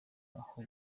aho